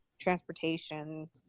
transportation